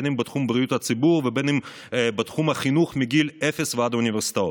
אם בתחום בריאות הציבור ואם בתחום החינוך מגיל אפס ועד האוניברסיטאות.